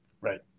Right